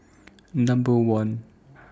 Number one